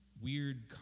weird